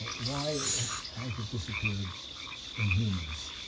why has it disappeared in humans?